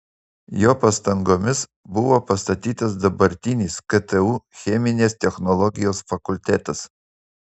jo pastangomis buvo pastatytas dabartinis ktu cheminės technologijos fakultetas